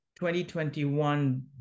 2021